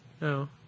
No